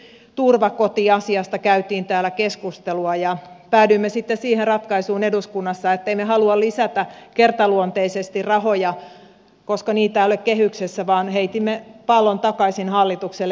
esimerkiksi turvakotiasiasta käytiin täällä keskustelua ja päädyimme sitten eduskunnassa siihen ratkaisuun että emme halua lisätä kertaluonteisesti rahoja koska niitä ei ole kehyksessä vaan heitimme pallon takaisin hallitukselle